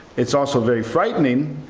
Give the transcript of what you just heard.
it's also very frightening,